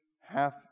half